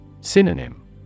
Synonym